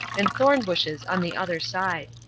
and thorn bushes on the other side.